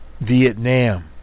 Vietnam